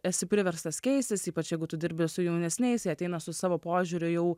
esi priverstas keistis ypač jeigu tu dirbi su jaunesniais jie ateina su savo požiūriu jau